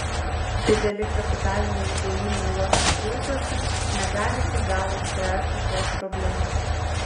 dideli kapitaliniai įdėjimai uostų prieigose negali iki galo išspręsti šios problemos